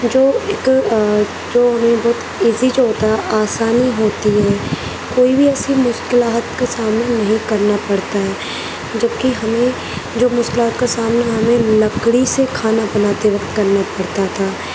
جو ایک جو ہمیں بہت جو ایزی جو ہوتا آسانی ہوتی ہے کوئی بھی ایسی مشکلات کا سامنا نہیں کرنا پڑتا ہے جب کہ ہمیں جو مشکلات کا سامنا ہمیں لکڑی سے کھانا بناتے وقت کرنا پڑتا تھا